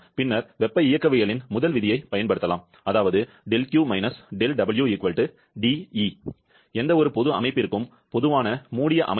பின்னர் வெப்ப இயக்கவியலின் முதல் விதியைப் பயன்படுத்தலாம் அதாவது எந்தவொரு பொது அமைப்பிற்கும் பொதுவான மூடிய அமைப்பு